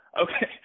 Okay